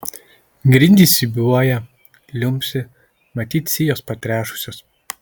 grindys siūbuoja liumpsi matyt sijos patrešusios